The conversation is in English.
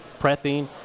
prepping